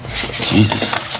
Jesus